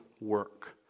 work